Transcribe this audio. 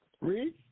Read